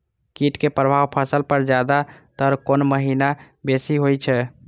कीट के प्रभाव फसल पर ज्यादा तर कोन महीना बेसी होई छै?